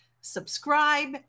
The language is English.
subscribe